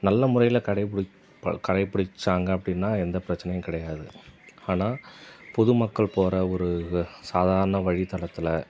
நல்ல முறையில் கடைப்பிடி கடைப்பிடிச்சாங்க அப்படினா எந்த பிரச்சினையும் கிடையாது ஆனால் பொது மக்கள் போகிற ஒரு சாதாரண வழி தடத்தில்